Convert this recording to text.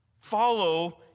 Follow